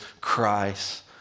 Christ